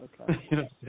Okay